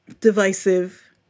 divisive